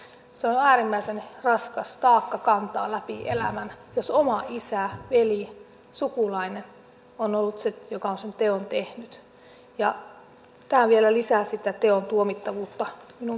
se on äärimmäisen raskas taakka kantaa läpi elämän jos oma isä veli sukulainen on ollut se joka on sen teon tehnyt ja tämä vielä lisää sitä teon tuomittavuutta minun mielestäni